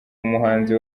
umuhanzi